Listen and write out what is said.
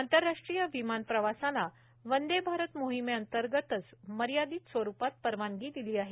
आंतरराष्ट्रीय विमान प्रवासाला वंदे भारत मोहिमे अंतर्गतच मर्यादित स्वरुपात परवानगी दिली आहे